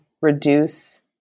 Reduce